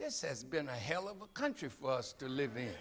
this has been a hell of a country for us to live in